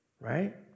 right